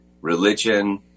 religion